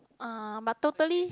uh but totally